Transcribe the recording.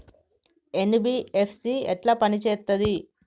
NBFC ఎట్ల పని చేత్తది?